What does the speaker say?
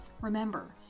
Remember